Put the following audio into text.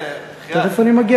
תכף אני מגיע לזה,